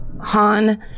Han